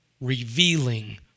revealing